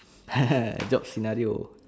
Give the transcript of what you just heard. ha ha job scenario